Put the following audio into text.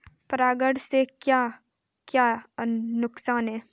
परागण से क्या क्या नुकसान हैं?